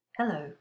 Hello